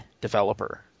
developer